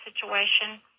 situation